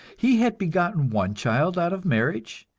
he had begotten one child out of marriage,